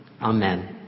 Amen